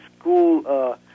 school